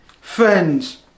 friends